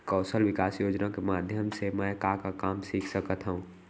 कौशल विकास योजना के माधयम से मैं का का काम सीख सकत हव?